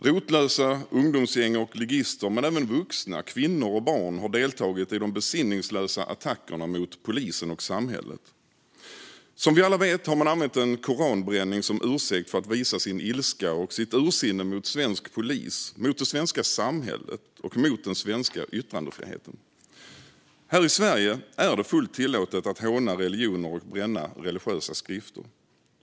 Rotlösa ungdomsgäng och ligister men även vuxna, kvinnor och barn har deltagit i de besinningslösa attackerna mot polisen och samhället. Som vi alla vet har man använt en koranbränning som ursäkt för att visa sin ilska och sitt ursinne mot svensk polis, mot det svenska samhället och mot den svenska yttrandefriheten. Här i Sverige är det fullt tillåtet att håna religioner och bränna religiösa skrifter.